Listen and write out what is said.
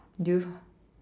do you